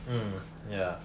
mm ya